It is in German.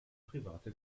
private